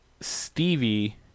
stevie